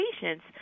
patients